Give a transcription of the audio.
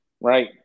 Right